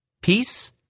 Peace